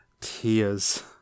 tears